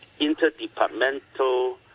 interdepartmental